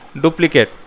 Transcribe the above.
duplicate